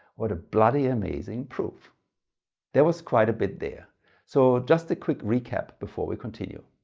what a bloody amazing proof there was quite a bit there so just a quick recap before we continue.